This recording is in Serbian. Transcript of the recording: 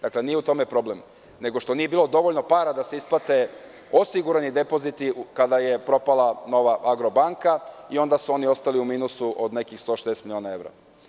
Dakle, nije u tome problem nego što nije bilo dovoljno para da se isplate osigurani depoziti, kada je propala nova „Agrobanka“ i onda su oni ostali u minusu od nekih 160 miliona evra.